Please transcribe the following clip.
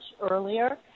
earlier